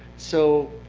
so